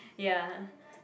ya